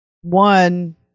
one